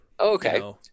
okay